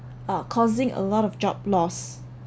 are causing a lot of job loss